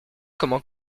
comment